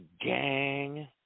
gang